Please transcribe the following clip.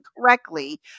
correctly